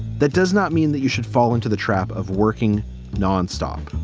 that does not mean that you should fall into the trap of working nonstop